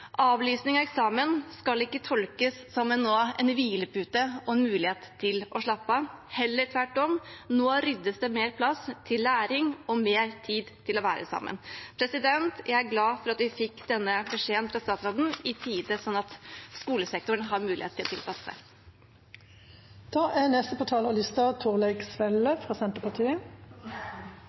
Avlysning av eksamen skal ikke tolkes som en hvilepute og en mulighet til å slappe av, heller tvert om – nå ryddes det mer plass til læring og mer tid til å være sammen. Jeg er glad for at vi fikk denne beskjeden fra statsråden i tide, slik at skolesektoren har mulighet til å tilpasse